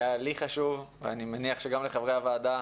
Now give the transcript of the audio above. זה היה לי חשוב, ואני מניח שגם לחברי הוועדה,